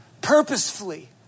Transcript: purposefully